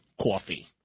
coffee